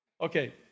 Okay